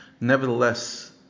Nevertheless